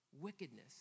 wickedness